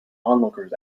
onlookers